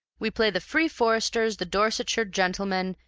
we play the free foresters, the dorsetshire gentlemen,